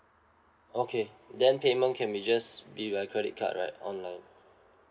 okay then payment can be just be by credit card right online